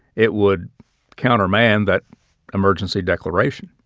it would countermand that emergency declaration.